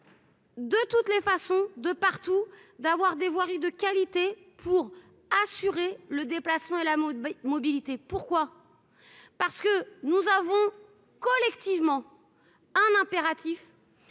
De toutes les façons de partout, d'avoir des voiries de qualité pour assurer le déplacement et la mode mobilité pourquoi parce que nous avons collectivement un impératif